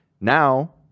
now